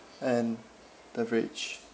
and beverage